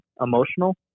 emotional